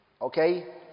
okay